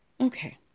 Okay